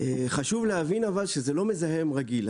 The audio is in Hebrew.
אבל חשוב להבין שזה לא מזהם רגיל.